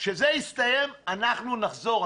כשזה יסתיים אנחנו נחזור.